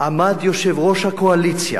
עמד יושב-ראש הקואליציה